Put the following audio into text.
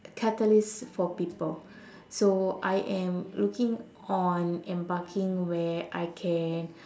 catalyst for people so I am looking on embarking where I can